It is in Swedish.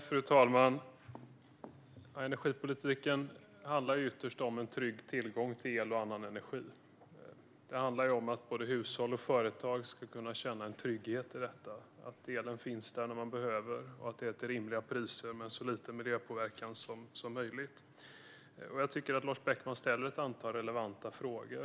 Fru talman! Energipolitiken handlar ytterst om trygg tillgång till el och annan energi. Det handlar om att både hushåll och företag ska kunna känna en trygghet i att elen finns där när de behöver och att det sker till rimliga priser och med så liten miljöpåverkan som möjligt. Jag tycker att Lars Beckman ställer ett antal relevanta frågor.